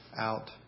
out